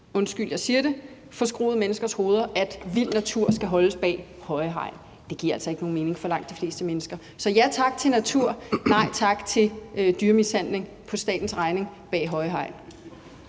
undskyld, jeg siger det – forskruede menneskers hoveder, at vild natur skal holdes bag høje hegn. Altså, for langt de fleste mennesker giver det altså ikke nogen mening. Så ja tak til natur, nej tak til dyremishandling på statens regning bag høje hegn.